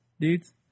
dudes